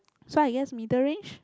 so I guess middle range